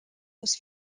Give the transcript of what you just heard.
was